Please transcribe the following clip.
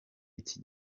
iki